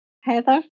Heather